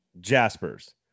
Jaspers